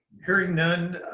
hearing none,